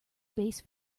base